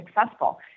successful